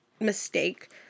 mistake